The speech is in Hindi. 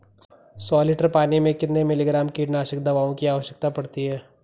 सौ लीटर पानी में कितने मिलीग्राम कीटनाशक दवाओं की आवश्यकता पड़ती है?